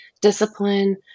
discipline